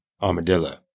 armadillo